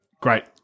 great